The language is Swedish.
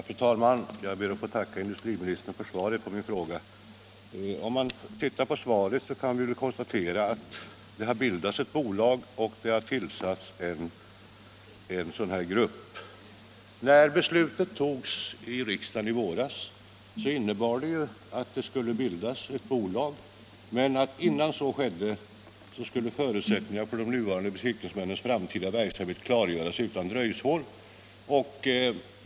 Fru talman! Jag ber att få tacka industriministern för svaret på min fråga. Av svaret framgår att det har bildats ett bolag och tillsatts en samrådsgrupp. Det beslut riksdagen fattade i våras var att det skulle bildas ett bolag men att förutsättningarna för de nuvarande besiktningsmännens framtida verksamhet skulle klargöras innan så skedde.